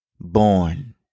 Born